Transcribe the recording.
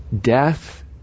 death